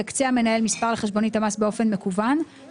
יקצה המנהל מספר לחשבונית המס באופן מקוון.";